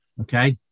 Okay